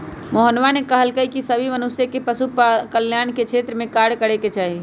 मोहना ने कहल कई की सभी मनुष्य के पशु कल्याण के क्षेत्र में कार्य करे के चाहि